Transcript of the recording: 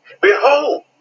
Behold